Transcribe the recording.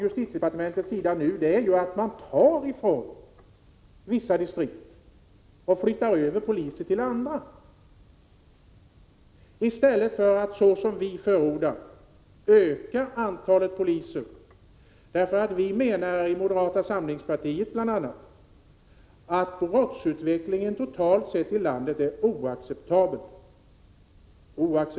Justitiedepartementet tar ju nu poliser från vissa distrikt och flyttar dem till andra distrikt i stället för att, som vi förordar, öka antalet poliser. Bl. a. vii moderata samlingspartiet menar att brottsutvecklingen totalt sett i landet är oacceptabel.